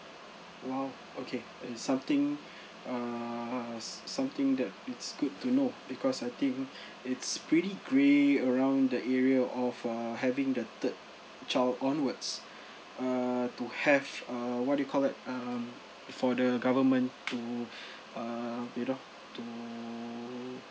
!wow! okay it's something err something that is good to know because I think it's pretty grey around the area of err having the third child onwards err to have err what do you call that um for the government to err you know to